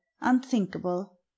unthinkable